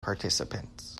participants